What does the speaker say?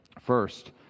First